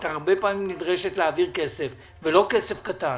את הרבה פעמים נדרשת להעביר כסף ולא כסף קטן